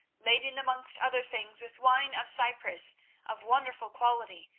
laden amongst other things with wine of cyprus of wonderful quality,